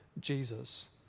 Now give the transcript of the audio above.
Jesus